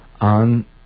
on